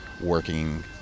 working